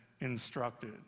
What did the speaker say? instructed